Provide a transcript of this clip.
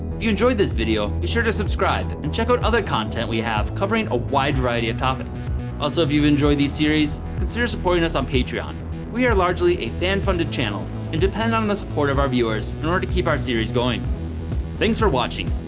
if you enjoyed this video be sure to subscribe and check out other content we have covering a wide variety of topics also, if you enjoy these series consider supporting us on patreon we are largely a fan funded channel and depend on the support of our viewers in order to keep our series going thanks for watching